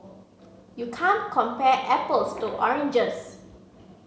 you can't compare apples to oranges